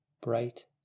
bright